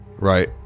Right